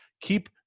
keep